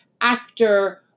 actor